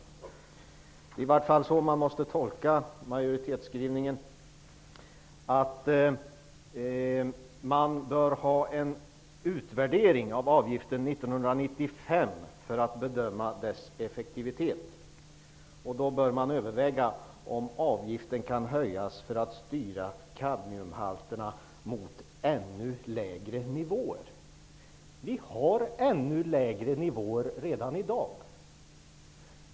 Det är i varje fall så man måste tolka majoritetsskrivningen, som säger att man bör ha en utvärdering av avgiften 1995 för att bedöma dess effektivitet och att man då bör överväga om avgiften kan höjas för att styra kadmiumhalterna mot ännu lägre nivåer. Vi har ännu lägre nivåer redan i dag.